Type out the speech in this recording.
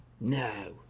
No